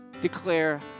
declare